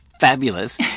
Fabulous